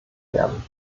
werden